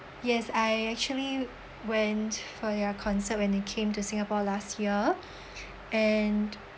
yes I actually went for their concert when they came to singapore last year and